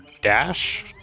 dash